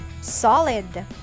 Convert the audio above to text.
Solid